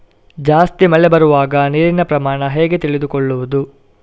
ಜಾಸ್ತಿ ಮಳೆ ಬರುವಾಗ ನೀರಿನ ಪ್ರಮಾಣ ಹೇಗೆ ತಿಳಿದುಕೊಳ್ಳುವುದು?